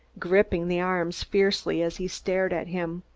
gripping the arms fiercely as he stared at him.